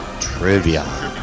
Trivia